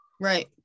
right